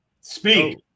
speak